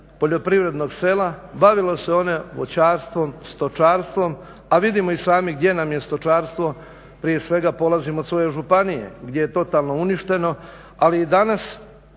poljoprivrednog sela, bavilo se ono voćarstvom, stočarstvom a vidimo i sami gdje nam je stočarstvo prije svega polazim od svoje županije gdje je totalno uništeno ali i danas